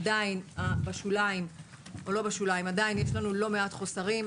אבל עדיין יש לנו לא מעט חוסרים.